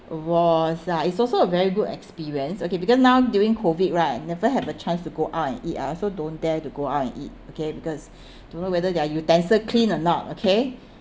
was uh it's also a very good experience okay because now during COVID right never have a chance to go out and eat I also don't dare to go out and eat okay because don't know whether their utensil clean or not okay